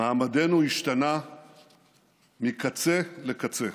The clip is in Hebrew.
מעמדנו השתנה מקצה לקצה.